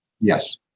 Yes